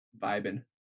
vibing